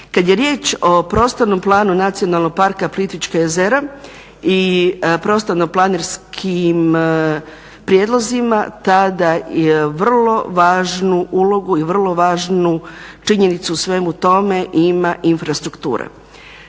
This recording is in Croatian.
Kada je riječ o prostornom planu Nacionalnog parka Plitvička jezera i prostorno planskim prijedlozima tada vrlo važnu ulogu i vrlo važnu činjenicu u svemu tome ima infrastruktura.